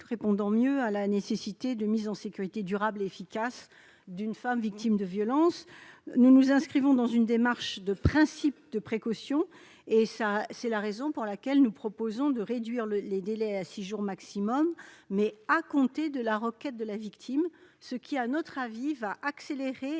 répondant mieux à la nécessité d'une mise en sécurité durable et efficace d'une femme victime de violences. Nous nous inscrivons dans une démarche de principe de précaution. C'est la raison pour laquelle nous proposons de réduire les délais à six jours maximum, mais à compter de la requête de la victime. À notre avis, cela va